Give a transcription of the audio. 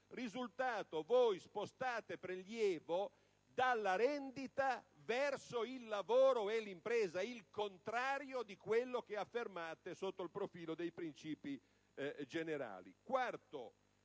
risultato è che voi spostate prelievo dalla rendita verso il lavoro e l'impresa, il contrario di quello che affermate sotto il profilo dei principi generali.